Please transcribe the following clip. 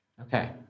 okay